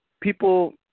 people